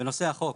בנושא החוק,